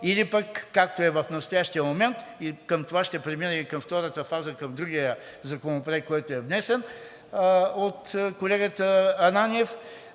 или пък, както е в настоящия момент, с това ще премина и към втората фаза, към другия законопроект, който е внесен от колегата Ананиев